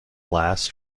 last